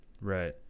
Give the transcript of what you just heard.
Right